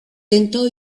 tentò